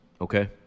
okay